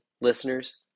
listeners